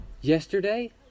Yesterday